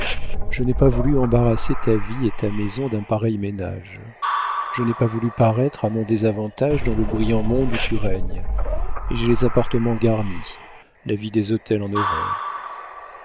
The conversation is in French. je n'ai pas voulu embarrasser ta vie et ta maison d'un pareil ménage je n'ai pas voulu paraître à mon désavantage dans le brillant monde où tu règnes et j'ai les appartements garnis la vie des hôtels en horreur